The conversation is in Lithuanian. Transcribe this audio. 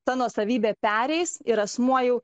ta nuosavybė pereis ir asmuo jau